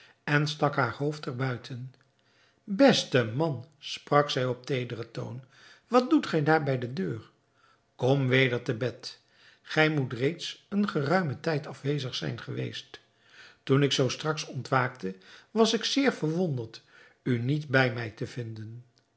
en stak haar hoofd er buiten beste man sprak zij op teederen toon wat doet gij daar bij de deur kom weder te bed gij moet reeds een geruimen tijd afwezig zijn geweest toen ik zoo straks ontwaakte was ik zeer verwonderd u niet bij mij te vinden